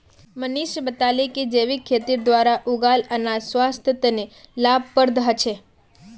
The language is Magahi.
मनीष बताले कि जैविक खेतीर द्वारा उगाल अनाज स्वास्थ्य तने लाभप्रद ह छे